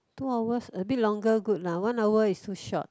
two hours a bit longer good lah one hour is too short